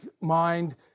mind